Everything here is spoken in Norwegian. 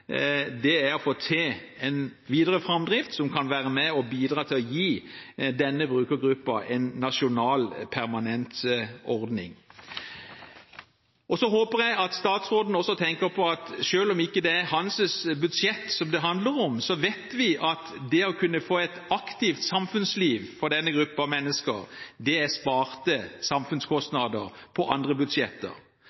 Det er å få til en videre framdrift som kan være med og bidra til å gi denne brukergruppen en nasjonal, permanent ordning. Så håper jeg at statsråden også tenker på at selv om det ikke er hans budsjett det handler om, vet vi at det å kunne få et aktivt samfunnsliv for denne gruppen mennesker er sparte